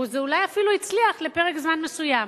וזה אולי אפילו הצליח לפרק זמן מסוים,